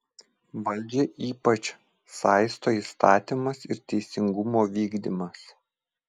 valdžią ypač saisto įstatymas ir teisingumo vykdymas